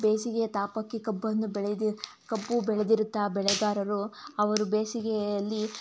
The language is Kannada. ಬೇಸಿಗೆಯ ತಾಪಕ್ಕೆ ಕಬ್ಬನ್ನು ಬೆಳೆದು ಕಬ್ಬು ಬೆಳೆದಿರುತ್ತಾ ಬೆಳೆಗಾರರು ಅವರು ಬೇಸಿಗೆಯಲ್ಲಿ